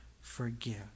forgive